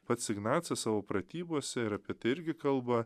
pats ignacas savo pratybose ir apie tai irgi kalba